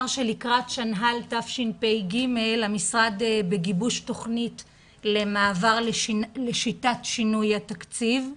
שלקראת שנה"ל תשפ"ג המשרד בגיבוש תוכנית למעבר לשיטת שינוי התקציב,